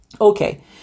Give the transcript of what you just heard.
Okay